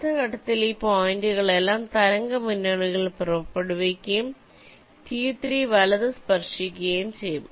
അടുത്ത ഘട്ടത്തിൽ ഈ പോയിന്റുകളെല്ലാം തരംഗ മുന്നണികൾ പുറപ്പെടുവിക്കുകയും T3 വലത് സ്പർശിക്കുകയും ചെയ്യും